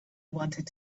wanted